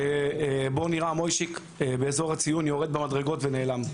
שבו נראה מויישי באזור הציון יורד במדרגות ונעלם.